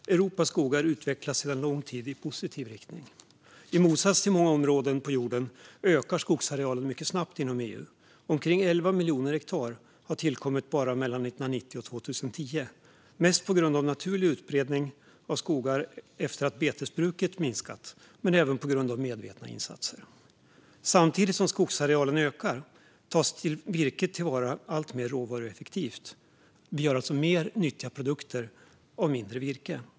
Europas skogar utvecklas sedan lång tid i positiv riktning. I motsats till många områden på jorden ökar skogsarealen mycket snabbt inom EU. Omkring 11 miljoner hektar har tillkommit bara mellan 1990 och 2010, mest på grund av naturlig utbredning av skogar efter att betesbruket minskat men även på grund av medvetna insatser. Samtidigt som skogsarealen ökar tas virket till vara alltmer råvarueffektivt. Vi gör alltså mer nyttiga produkter av mindre virke.